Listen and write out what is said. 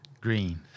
Green